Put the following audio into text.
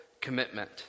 commitment